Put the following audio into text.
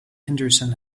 henderson